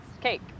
cake